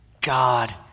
God